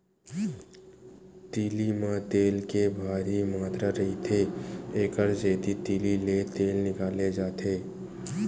तिली म तेल के भारी मातरा रहिथे, एकर सेती तिली ले तेल निकाले जाथे